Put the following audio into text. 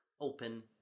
Open